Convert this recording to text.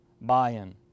buy-in